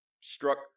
struck